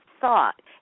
thought